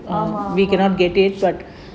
ஆமா:aamaa